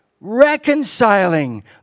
reconciling